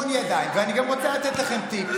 ואני גם רוצה לתת לכם טיפ,